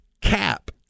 cap